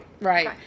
right